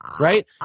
Right